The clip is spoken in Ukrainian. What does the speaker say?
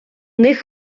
них